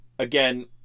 Again